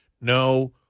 no